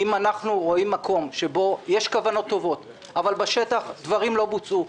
אם אנחנו רואים מקום שבו יש כוונות טובות אבל בשטח דברים לא בוצעו,